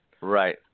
Right